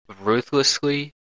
ruthlessly